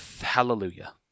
hallelujah